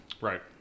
Right